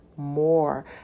More